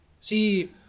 see